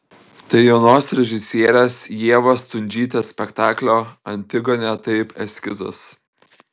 tai jaunos režisierės ievos stundžytės spektaklio antigonė taip eskizas